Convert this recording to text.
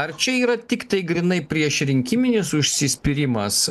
ar čia yra tiktai grynai priešrinkiminis užsispyrimas